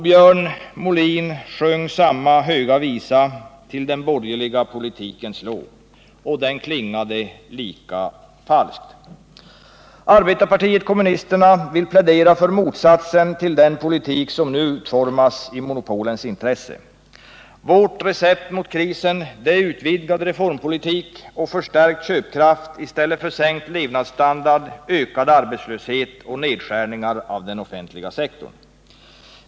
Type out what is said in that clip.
Björn Molin sjöng samma höga visa till den borgerliga politikens lov — och den klingade lika falskt. Arbetarpartiet kommunisterna vill plädera för motsatsen till den politik som nu utformas i monopolens intresse. Vårt recept mot krisen är utvidgad reformpolitik och förstärkt köpkraft i stället för sänkt levnadsstandard, ökad arbetslöshet och nedskärningar av den offentliga sektorn.